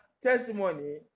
testimony